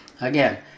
Again